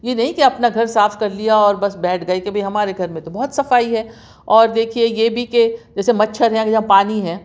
یہ نہیں کہ اپنا گھر صاف کر لیا اور بس بیٹھ گئے کہ بھائی ہمارے گھر میں تو بہت صفائی ہے اور دیکھئے یہ بھی کہ جیسے مچھر ہے یا پانی ہے